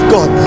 God